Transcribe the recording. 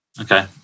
Okay